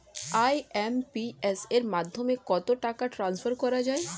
IMPS এর মাধ্যমে কত টাকা ট্রান্সফার করা যায়?